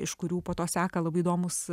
iš kurių po to seka labai įdomūs